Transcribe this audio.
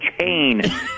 chain